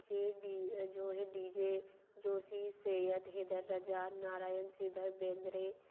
जे D जो है D J Joshi Syed Haider Raza Narayan Shridhar Bendre